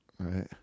right